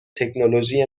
تکنولوژی